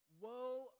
Woe